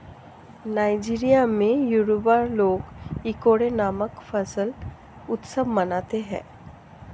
Nigeria में Yoruba लोग Ikore नामक फसल उत्सव मनाते हैं